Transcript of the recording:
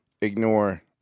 ignore